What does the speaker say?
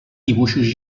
dibuixos